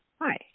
hi